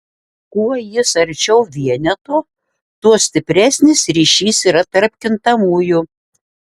kuo jis arčiau vieneto tuo stipresnis ryšys yra tarp kintamųjų